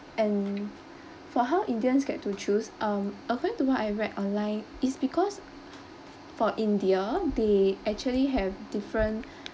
and for how indians get to choose um according to what I read online is because for india they actually have different